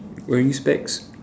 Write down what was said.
wearing specs